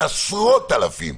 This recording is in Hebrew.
בעשרות אלפים.